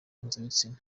mpuzabitsina